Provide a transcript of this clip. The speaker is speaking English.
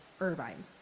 Irvine